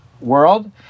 world